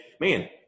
man